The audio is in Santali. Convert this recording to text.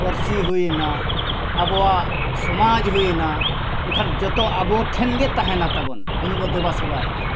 ᱯᱟᱹᱨᱥᱤ ᱦᱩᱭᱱᱟ ᱟᱵᱚᱣᱟᱜ ᱥᱚᱢᱟᱡᱽ ᱦᱩᱭᱮᱱᱟ ᱮᱱᱠᱷᱟᱱ ᱡᱚᱛᱚ ᱟᱵᱚ ᱴᱷᱮᱱ ᱜᱮ ᱛᱟᱦᱮᱱᱟ ᱛᱟᱵᱚᱱ ᱩᱱᱤ ᱵᱚ ᱫᱮᱵᱟ ᱥᱮᱵᱟᱭᱮ ᱠᱷᱟᱱ ᱫᱚ